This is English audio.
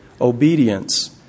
obedience